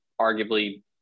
arguably